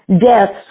deaths